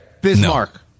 Bismarck